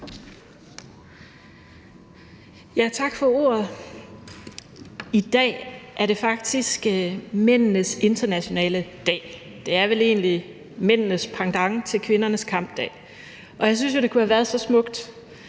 tak for ordet. I dag er det faktisk mændenes internationale dag. Det er vel egentlig mændenes pendant til kvindernes kampdag, og jeg synes jo, det kunne have været så smukt,